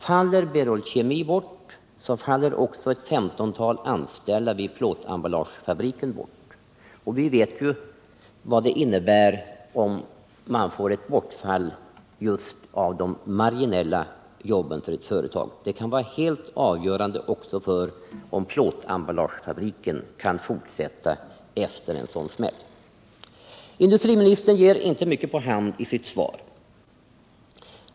Faller Berol Kemi bort faller också ett 15-tal anställda vid plåtemballagefabriken bort, och vi vet ju vad det innebär om det blir bortfall just av de marginella jobben för ett företag: det kan vara helt avgörande för om plåtemballagefabriken kan fortsätta efter en sådan smäll. Industriministern ger inte mycket på hand i sitt svar.